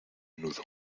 nudo